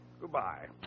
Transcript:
Goodbye